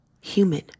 human